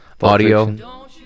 audio